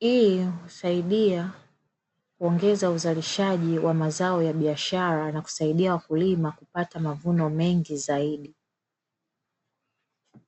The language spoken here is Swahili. hiyo husaidia kuongeza uzalishaji wa mazao ya biashara, na kusaidia wakulima kupata mavuno mengi zaidi.